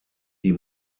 die